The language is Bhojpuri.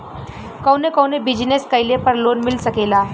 कवने कवने बिजनेस कइले पर लोन मिल सकेला?